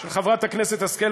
של חברת הכנסת השכל,